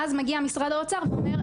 ואז מגיע משרד האוצר ואומר,